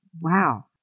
Wow